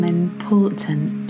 important